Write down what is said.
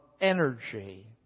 energy